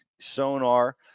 sonar